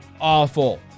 awful